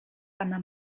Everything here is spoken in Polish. pana